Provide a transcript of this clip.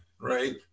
right